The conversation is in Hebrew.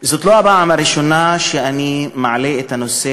זאת לא הפעם הראשונה שאני מעלה את הנושא